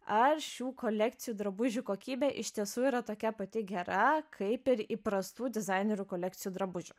ar šių kolekcijų drabužių kokybė iš tiesų yra tokia pati gera kaip ir įprastų dizainerių kolekcijų drabužių